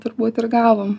turbūt ir gavom